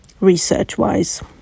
research-wise